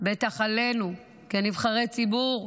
בטח עלינו כנבחרי ציבור,